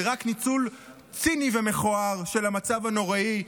זה רק ניצול ציני ומכוער של המצב הנוראי,